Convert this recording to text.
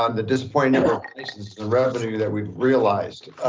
um the disappointing revenue that we realized.